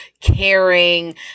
caring